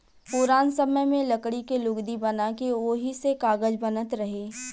पुरान समय में लकड़ी के लुगदी बना के ओही से कागज बनत रहे